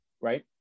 right